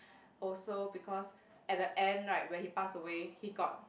also because at the end right when he passed away he got